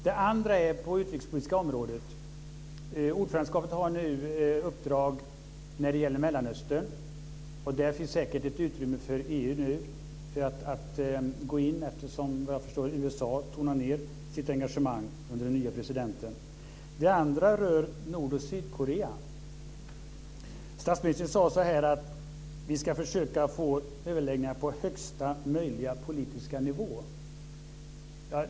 Det andra gäller det utrikespolitiska området. Ordförandeskapet har nu uppdrag när det gäller Mellanöstern. Där finns det säkert ett utrymme för EU att gå in, eftersom USA vad jag förstår tonar ned sitt engagemang under den nya presidenten. Det rör också Nord och Sydkorea. Statsministern sade att vi ska försöka att få överläggningar på högsta möjliga politiska nivå.